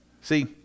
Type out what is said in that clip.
See